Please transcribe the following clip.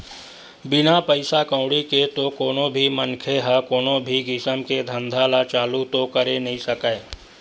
बिना पइसा कउड़ी के तो कोनो भी मनखे ह कोनो भी किसम के धंधा ल चालू तो करे नइ सकय